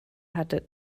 hatte